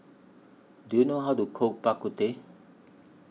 Do YOU know How to Cook Bak Kut Teh